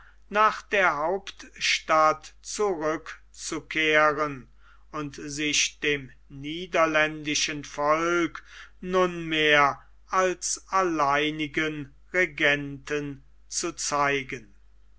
nach der hauptstadt zurückzukehren und sich dem niederländischen volke nunmehr als alleinigen regenten zu zeigen